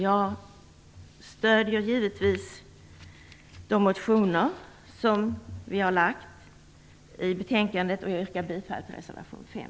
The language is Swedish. Jag stödjer givetvis de motioner som vi har väckt till betänkandet, och jag yrkar bifall till reservation 5.